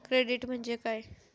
Credit म्हणजे काय?